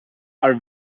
are